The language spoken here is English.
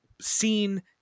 seen